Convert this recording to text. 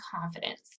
confidence